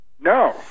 No